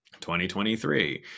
2023